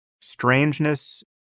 strangeness